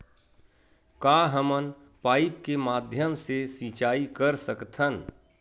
का हमन पाइप के माध्यम से सिंचाई कर सकथन?